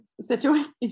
situation